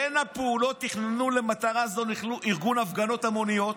בפעולות שתוכננו למטרה זו, ארגון הפגנות המוניות